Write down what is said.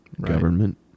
Government